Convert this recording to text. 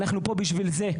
אנחנו פה בשביל זה.